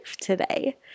today